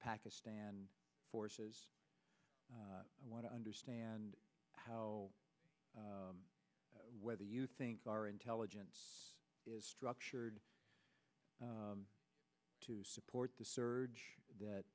pakistan forces i want to understand how whether you think our intelligence is structured to support the surge that